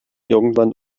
irgendwann